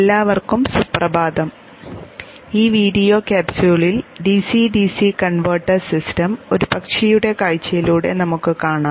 എല്ലാവർക്കും സുപ്രഭാതം ഈ വീഡിയോ ക്യാപ്സ്യൂളിൽ ഡിസി ഡിസികൺവെർട്ടർ സിസ്റ്റം ഒരു പക്ഷിയുടെ കാഴ്ചയിലൂടെ നമുക്ക് കാണാം